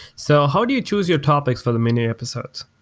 so how do you choose your topics for the mini episodes?